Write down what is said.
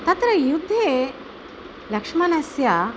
तत्र युद्धे लक्ष्मणस्य